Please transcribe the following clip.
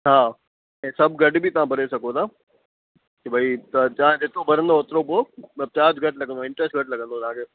हा ऐं सभु गॾु बि तव्हां भरे सघो था के भई त जां जेतिरो भरंदव ओतिरो पोइ बि चार्ज घटि लॻंदो इंटरस्ट घटि लॻंदो तव्हांखे